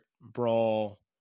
Brawl